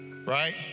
Right